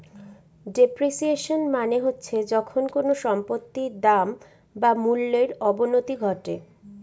depreciation মানে হচ্ছে যখন কোনো সম্পত্তির দাম বা মূল্যর অবনতি ঘটে